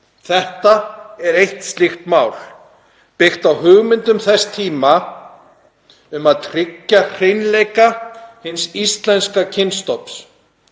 Þetta er eitt slíkt mál, byggt á hugmyndum þess tíma um að tryggja hreinleika hins íslenska kynstofns,